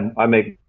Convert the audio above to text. i make